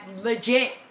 legit